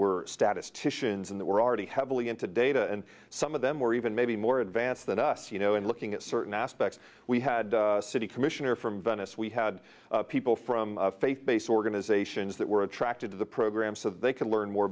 were statisticians in that were already heavily into data and some of them were even maybe more advanced than us you know and looking at certain aspects we had city commissioner from venice we had people from faith based organizations that were attracted to the program so they could learn more